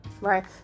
right